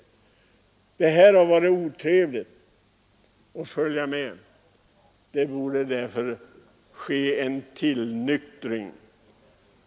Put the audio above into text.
Det här har varit en otrevlig historia att följa med, och det borde ske en tillnyktring.